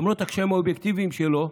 למרות הקשיים האובייקטיביים שלו,